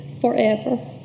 forever